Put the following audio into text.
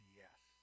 yes